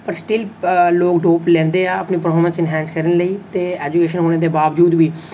पर स्टिल्ल लोक डोप लैंदे ऐ अपनी परफारमेंस एनहान्स करने लेई ते एजुकेशन होने दे बावजूद बी